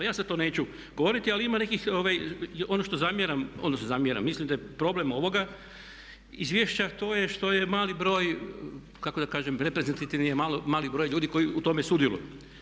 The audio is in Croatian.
Ja sada to neću govoriti ali ima neki, ono što zamjeram, odnosno mislim da je problem ovoga izvješća to je što je mali broj kako da kažem, reprezentativni je mali broj ljudi koji u tome sudjeluju.